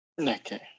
okay